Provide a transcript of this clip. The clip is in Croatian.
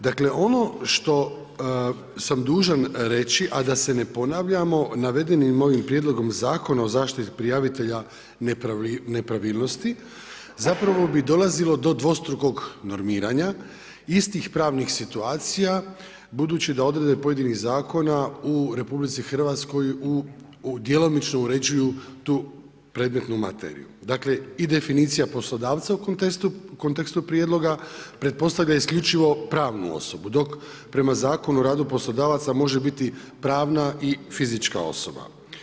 Dakle ono što sam dužan reći, a da se ponavljamo, navedenim ovim Prijedlogom zakona o zaštiti prijavitelja nepravilnosti zapravo bi dolazilo do dvostrukog normiranja istih pravnih situacija, budući da odredbe pojedinih zakona u RH djelomično uređuju tu predmetnu materiju, dakle i definicija poslodavca u kontekstu prijedloga pretpostavlja isključivo pravnu osobu, dok prema Zakonu o radu poslodavaca može biti pravna i fizička osoba.